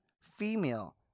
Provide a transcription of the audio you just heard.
female